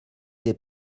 des